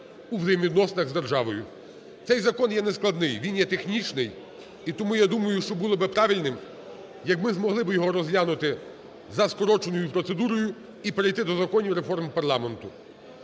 у взаємовідносинах з державою. Цей закон є не складний, він є технічний. І тому, я думаю, щоб було би правильним як ми змогли би його розглянути за скороченою процедурою і перейти до законів реформ парламенту.